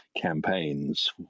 campaigns